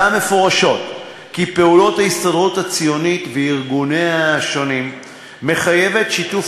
מפורשות כי פעולות ההסתדרות הציונית וארגוניה השונים מחייבות שיתוף